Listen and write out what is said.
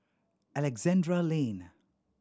Alexandra Lane